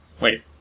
Wait